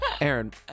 Aaron